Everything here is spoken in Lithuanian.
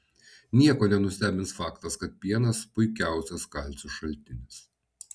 nieko nenustebins faktas kad pienas puikiausias kalcio šaltinis